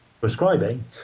prescribing